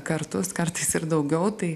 kartus kartais ir daugiau tai